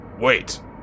Wait